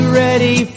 ready